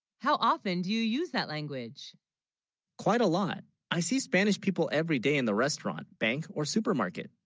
how often, do you use that language quite a lot i see spanish people every, day in the restaurant, bank or supermarket